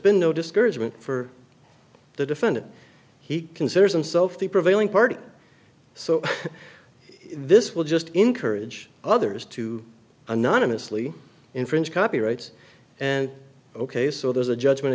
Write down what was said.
been no discouragement for the defendant he considers himself the prevailing party so this will just encourage others to anonymously infringe copyrights and ok so there's a judgment